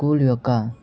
school యొక్క